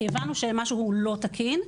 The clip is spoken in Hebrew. כי הבנו שמשהו לא תקין.